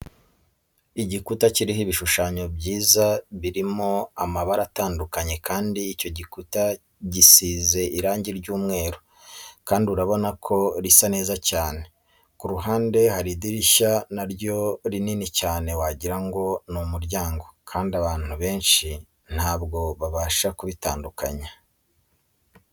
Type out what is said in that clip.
Igikuta kiriho ibishushanyo byiza birimo amabara atandukanye kandi icyo gikuta gisize irangi ry'umweru kandi urabona ko risa neza cyane, ku ruhande hari idirishya naryo rinini cyane wagira ngo ni umuryango kandi abantu benshi ntabwo babasha kubitandukanya.